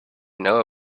know